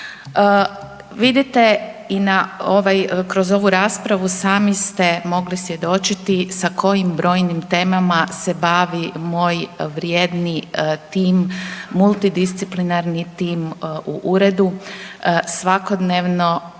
Vidite i kroz ovu raspravu sami ste mogli svjedočiti sa kojim brojnim temama se bavi moj vrijedni tim, multidisciplinarni tim u uredu svakodnevno,